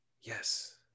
Yes